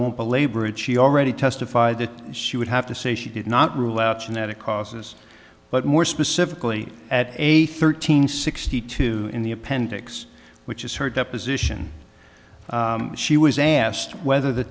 won't belabor it she already testified that she would have to say she did not rule out genetic causes but more specifically at age thirteen sixty two in the appendix which is her deposition she was asked whether the